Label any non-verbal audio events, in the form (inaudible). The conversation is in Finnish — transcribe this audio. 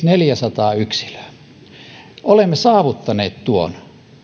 (unintelligible) neljäsataa yksilöä vuonna kaksituhattakaksikymmentäviisi olemme saavuttaneet tuon